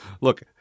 look